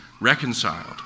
reconciled